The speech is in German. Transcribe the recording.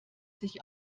sich